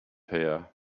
here